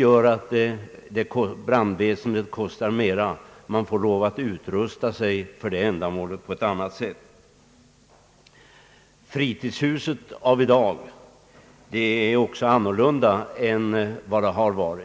Brandväsendet i dessa kommuner kostar mera på grund av att det måste utrustas på ett speciellt sätt. Fritidshusen av i dag ser också annorlunda ut än förr.